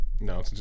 No